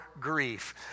grief